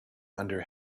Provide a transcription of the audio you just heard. under